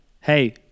Hey